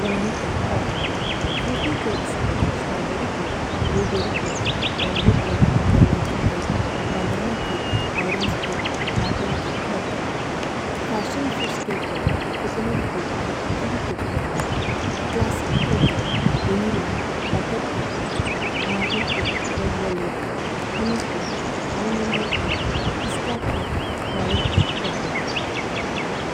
ബ്രോവ്നിഏ cake ബര്പുന്ദു। രണ്ട്। Fruity ചകേസിദു strawberry cake, blueberry cake, mango cake, pineapple cake, banana cake, orange cake, apple cake ബര്പുന്ദു। മൂന്ന്। Fashion fruits കേകിദു ഛോചോനുത് ചകേ, ബോച്ച കിവി ചകേ ബര്പുന്ദു। ഛ്ലസ്സിച് ചകേഇദു vanilla, butter cake, marble cake, red velvet cake, honey cake, almond cake, pista cake, carrot cake ബര്പുന്ദു।